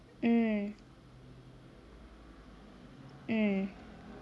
mm